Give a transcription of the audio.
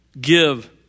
Give